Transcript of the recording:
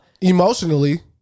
Emotionally